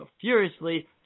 furiously